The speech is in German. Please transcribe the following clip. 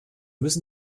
müssen